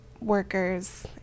workers